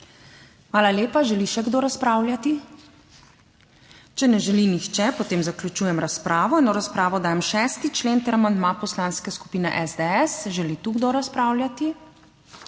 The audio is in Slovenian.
Hvala lepa. Želi še kdo razpravljati? Če ne želi nihče, potem zaključujem razpravo. In v razpravo dajem 6. člen ter amandma Poslanske skupine SDS. Želi tu kdo razpravljati?